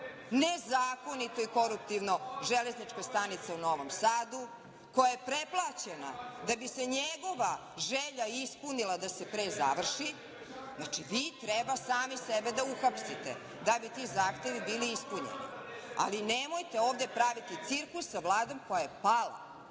nezakonito o koruptivno železnička stanica u Novom Sadu, koja je preplaćena da bi se njegova želja ispunila da se pre završi. Znači, vi treba sami sebe da uhapsite da bi ti zahtevi bili ispunjeni, ali nemojte ovde praviti cirkus sa Vladom koja je pala.